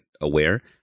aware